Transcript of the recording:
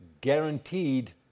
guaranteed